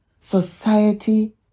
Society